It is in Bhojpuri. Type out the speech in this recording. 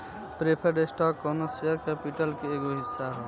प्रेफर्ड स्टॉक कौनो शेयर कैपिटल के एगो हिस्सा ह